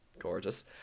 gorgeous